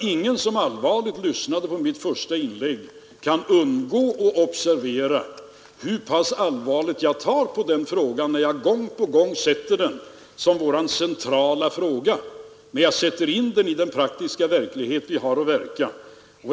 Ingen som allvarligt lyssnat på mitt första inlägg kan undgå att observera hur pass allvarligt jag tar på den frågan, när jag gång på gång sätter den som vår centrala fråga. Men jag sätter in den i den praktiska verklighet där vi har att verka.